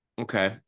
Okay